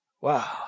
Wow